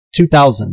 2000